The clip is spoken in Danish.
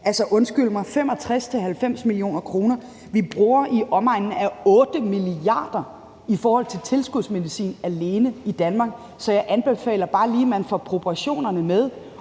undskyld mig, 65-90 mio. kr. Vi bruger i omegnen af 8 mia. kr. alene i forhold til tilskudsmedicin i Danmark, så jeg anbefaler bare lige, at man får proportionerne med.